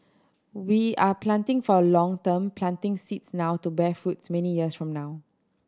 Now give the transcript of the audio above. we are planting for the long term planting seeds now to bear fruit many years from now